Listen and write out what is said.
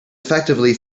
effectively